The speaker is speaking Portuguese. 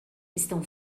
estão